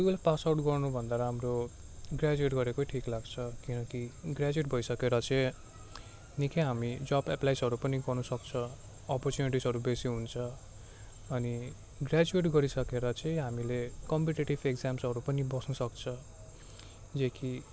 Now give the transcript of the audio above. twelve pass out गर्नुभन्दा राम्रो graduate गरेकै ठिक लाग्छ किनकि ग्रेजुएट भइसकेर चाहिँ निकै हामी जब् एप्लाइसहरू पनि गर्नुसक्छ अपर्च्युनिटिसहरू बेसी हुन्छ अनि ग्रेजुएट गरिसकेर चाहिँ हामीले कम्पिटिटिभ एक्जाम्सहरू पनि बस्नुसक्छ जो कि